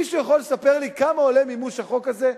מישהו יכול לספר לי כמה עולה מימוש החוק הזה?